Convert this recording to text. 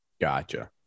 Gotcha